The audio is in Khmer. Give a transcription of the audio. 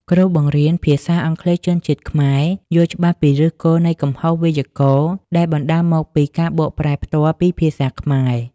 គ្រូបង្រៀនភាសាអង់គ្លេសជនជាតិខ្មែរយល់ច្បាស់ពីឫសគល់នៃកំហុសវេយ្យាករណ៍ដែលបណ្តាលមកពីការបកប្រែផ្ទាល់ពីភាសាខ្មែរ។